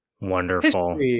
Wonderful